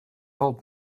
old